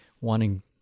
wanting